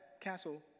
castle